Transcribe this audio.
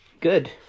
Good